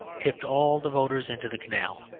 tipped all the voters into the canal.